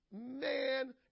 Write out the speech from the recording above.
man